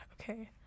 okay